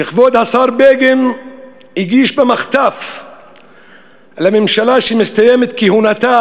שכבוד השר בגין הגיש במחטף לממשלה שמסתיימת כהונתה